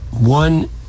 one